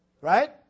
Right